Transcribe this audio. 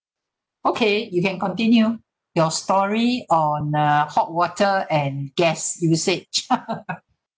okay you can continue your story on uh hot water and gas usage